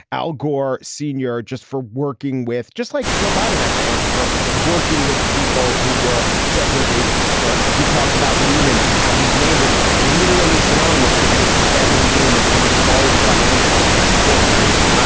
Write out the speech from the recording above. al gore, senior, just for working with just like joe biden has the answer for working with people who were segregationists or you talked about lehman and how his name was literally synonymous because it was his family's name of some large financial corporation. ah